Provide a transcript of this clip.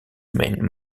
main